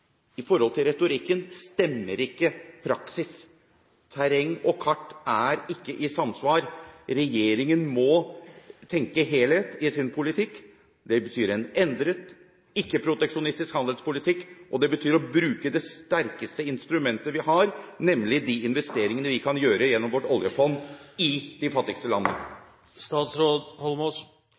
Retorikken stemmer ikke med praksis – terreng og kart er ikke i samsvar. Regjeringen må tenke helhet i sin politikk. Det betyr en endret ikke-proteksjonistisk handelspolitikk, og det betyr å bruke det sterkeste instrumentet vi har, nemlig de investeringene vi kan gjøre gjennom vårt oljefond i de fattigste